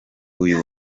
uyu